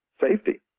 safety